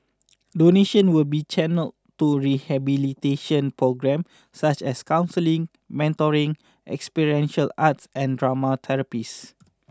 donations will be channelled to rehabilitation programme such as counselling mentoring experiential art and drama therapies